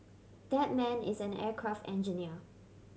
that man is an aircraft engineer